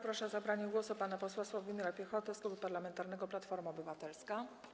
Proszę o zabranie głosu pana posła Sławomira Piechotę z Klubu Parlamentarnego Platforma Obywatelska.